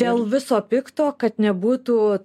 dėl viso pikto kad nebūtų